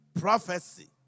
prophecy